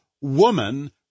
woman